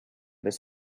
his